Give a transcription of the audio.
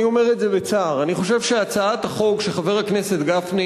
אני אומר את זה בצער: אני חושב שהצעת החוק שחבר הכנסת גפני